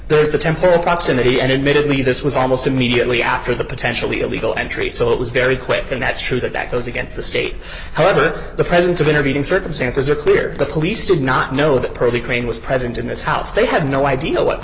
there is the temporal proximity and admittedly this was almost immediately after the potentially illegal entry so it was very quick and that's true that that goes against the state however the presence of intervening circumstances are clear the police did not know that proby crane was present in this house they had no idea what the